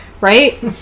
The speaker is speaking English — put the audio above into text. right